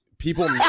People